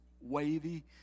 wavy